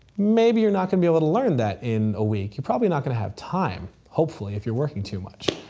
maybe you're not going to be able to learn that in a week. you're probably not going to have time, hopefully if you're working too much.